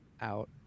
out